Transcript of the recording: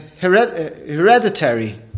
Hereditary